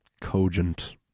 cogent